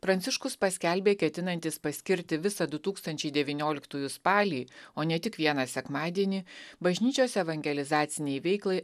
pranciškus paskelbė ketinantis paskirti visą du tūkstančiai devynioliktųjų spalį o ne tik vieną sekmadienį bažnyčios evangelizacinei veiklai